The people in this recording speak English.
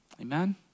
Amen